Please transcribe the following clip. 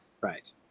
Right